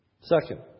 Second